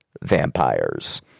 vampires